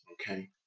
okay